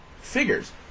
figures